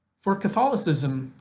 for catholicism,